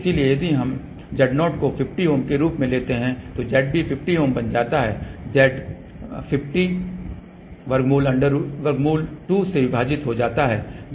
इसलिए यदि हम Z0 को 50 ओम के रूप में लेते हैं तो Zb 50 Ω बन जाता है और Z 50 वर्गमूल 2 से विभाजित हो जाता है जो कि 3535 Ω है